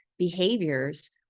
behaviors